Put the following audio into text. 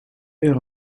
euro